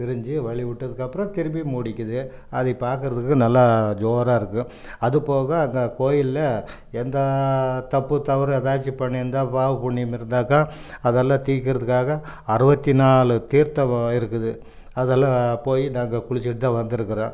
விரிந்து வழி விட்டதுக்கப்புறம் திருப்பி மூடிக்கிது அதை பார்க்குறதுக்கு நல்லா ஜோராக இருக்குது அது போக அங்கே கோயிலில் எந்த தப்புத் தவறு எதாச்சும் பண்ணிருந்தால் பாவம் புண்ணியம் இருந்தாங்க்கா அதெல்லாம் தீர்க்குறதுக்குக்காக அறுபத்தி நாலு தீர்த்தம் இருக்குது அதெல்லாம் போய் நாங்கள் குளிச்சிட்டு தான் வந்துருக்கிறோம்